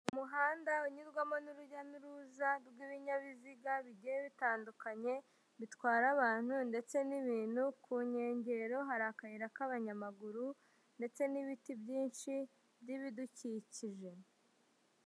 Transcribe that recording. Umuhanda unyurwamo n'urujya n'uruza rw'ibinyabiziga bigiye bitandukanye, bitwara abantu ndetse n'ibintu, ku nkengero hari akayira k'abanyamaguru ndetse n'ibiti byinshi by'ibidukikije.